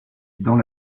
dans